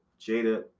Jada